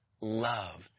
love